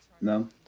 No